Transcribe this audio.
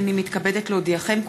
הנני מתכבדת להודיעכם,